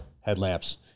headlamps